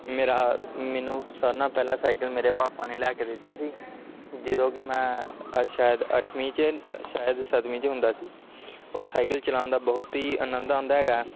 ਮੇਰਾ ਮੈਨੂੰ ਸਾਰਿਆਂ ਨਾਲੋਂ ਪਹਿਲਾਂ ਸਾਈਕਲ ਮੇਰੇ ਪਾਪਾ ਨੇ ਲਿਆ ਕੇ ਦਿੱਤਾ ਸੀ ਜਦੋਂ ਕਿ ਮੈਂ ਸ਼ਾਇਦ ਅੱਠਵੀਂ 'ਚ ਸ਼ਾਇਦ ਸੱਤਵੀਂ 'ਚ ਹੁੰਦਾ ਸੀ ਔਰ ਸਾਈਕਲ ਚਲਾਉਣ ਦਾ ਬਹੁਤ ਹੀ ਆਨੰਦ ਆਉਂਦਾ ਹੈਗਾ